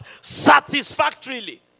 satisfactorily